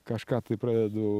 kažką tai pradedu